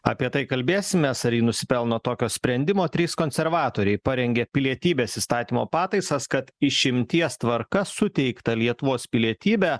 apie tai kalbėsimės ar ji nusipelno tokio sprendimo trys konservatoriai parengė pilietybės įstatymo pataisas kad išimties tvarka suteikta lietuvos pilietybę